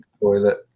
toilet